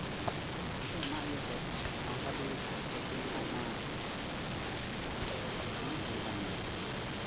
ᱱᱤᱛᱚᱜ ᱚᱱᱟ ᱤᱭᱟᱹᱛᱮ ᱥᱟᱱᱛᱟᱞᱤ ᱯᱟᱹᱨᱥᱤ ᱨᱮᱱᱟᱜ ᱟᱭᱢᱟ ᱩᱛᱱᱟᱹᱣ ᱦᱩᱭ ᱟᱠᱟᱱ ᱜᱮᱭᱟ